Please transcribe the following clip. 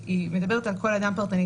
היא מדברת על כל אדם פרטנית.